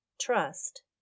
trust